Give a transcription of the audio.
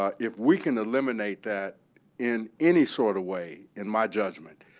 ah if we can eliminate that in any sort of way, in my judgment,